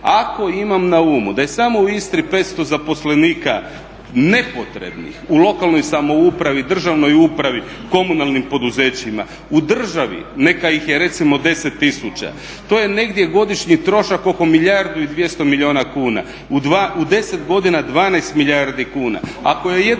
Ako imam na umu da je samo u Istri 500 zaposlenika nepotrebnih u lokalnim samoupravi, državnoj upravi, komunalnim poduzećima, u državi neka i je recimo 10000, to je negdje godišnji trošak oko milijardu i 200 milijuna kuna, u 10 godina 12 milijardi kuna.